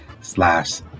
slash